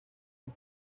más